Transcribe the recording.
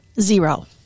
Zero